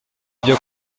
byo